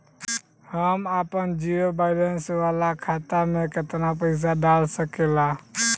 हम आपन zero balance वाला खाता मे केतना पईसा डाल सकेला?